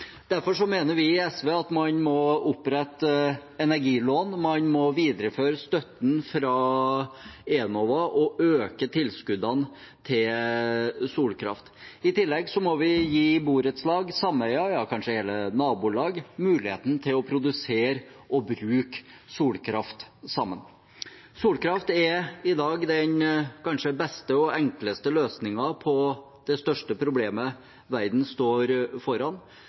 Derfor mener vi i SV at man må opprette energilån, man må videreføre støtten fra Enova og øke tilskuddene til solkraft. I tillegg må vi gi borettslag, sameier – ja, kanskje hele nabolag – muligheten til å produsere og bruke solkraft sammen. Solkraft er i dag den kanskje beste og enkleste løsningen på det største problemet verden står foran.